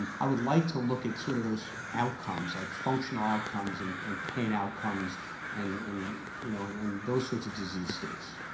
i would like to look at sort of those outcomes, like functional outcomes and and pain outcomes and and you know and and those sorts of disease states.